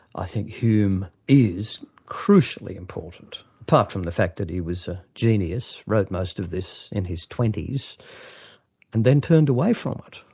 i think hume is crucially important. apart from the fact that he was a genius, wrote most of this in his twenty s and then turned away from it.